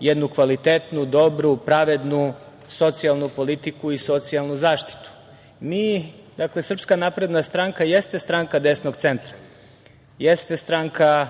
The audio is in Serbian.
jednu kvalitetnu, dobru i pravednu socijalnu politiku i socijalnu zaštitu. Dakle, SNS jeste stranka desnog centra, jeste stranka